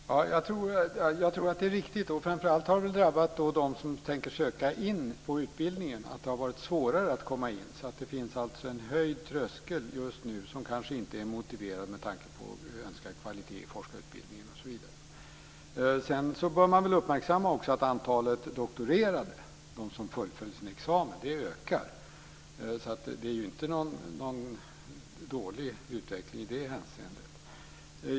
Fru talman! Jag tror att det är riktigt. Framför allt har det drabbat dem som tänker söka in på utbildningen att det har varit svårare att komma in. Det finns en höjd tröskel just nu som kanske inte är motiverad med tanke på önskad kvalitet i forskarutbildningen osv. Sedan bör man uppmärksamma att antalet doktorerade, dvs. de som fullföljer sin examen, ökar. Det är inte någon dålig utveckling i det hänseendet.